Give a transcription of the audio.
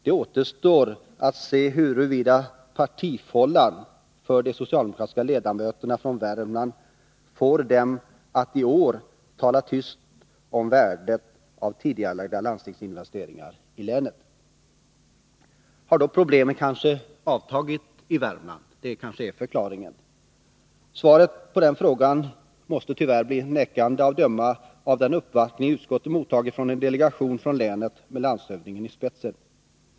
Det återstår att se huruvida partifållan för de socialdemokratiska ledamöterna från Värmland får dem att i år tala tyst om värdet av tidigarelagda landstingsinvesteringar i länet. Har då problemen kanske avtagit i Värmland, så att det är förklaringen? Svaret på den frågan måste tyvärr bli nekande, att döma av den uppvaktning utskottet mottagit från en delegation från länet med landshövdingen i spetsen.